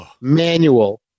manual